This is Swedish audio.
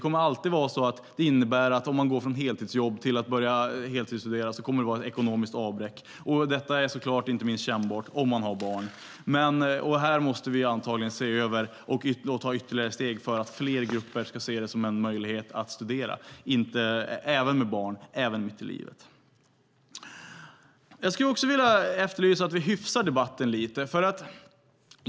Om man går från heltidsjobb till att börja studera kommer det att vara ett ekonomiskt avbräck, och detta är förstås inte minst kännbart om man har barn. Det här måste vi antagligen se över och ta ytterligare steg för att fler grupper ska se det som en möjlighet att studera även om de har barn och befinner sig mitt i livet. Jag vill också efterlysa att vi hyfsar debatten lite.